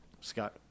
Scott